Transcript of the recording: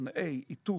טכנאי איתות,